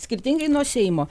skirtingai nuo seimo